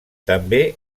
també